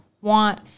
want